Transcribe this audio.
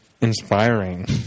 inspiring